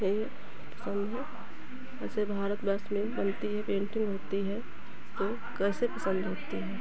यही सब है ऐसे भारतवर्ष में बनती है पेंटिंग होती है तो कैसे पसंद होती है